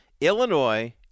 Illinois